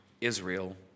Israel